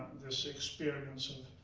this experience of